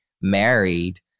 married